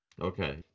Okay